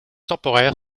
temporaire